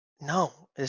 No